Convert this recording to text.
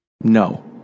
No